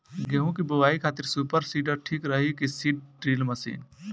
गेहूँ की बोआई खातिर सुपर सीडर ठीक रही की सीड ड्रिल मशीन?